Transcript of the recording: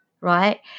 right